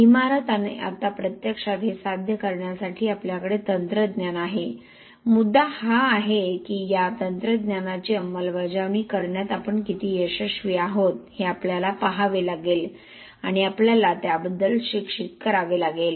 इमारत आणि आता प्रत्यक्षात हे साध्य करण्यासाठी आपल्याकडे तंत्रज्ञान आहे मुद्दा हा आहे की या तंत्रज्ञानाची अंमलबजावणी करण्यात आपण किती यशस्वी आहोत हे आपल्याला पहावे लागेल आणि आपल्याला त्याबद्दल शिक्षित करावे लागेल